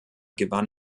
gewann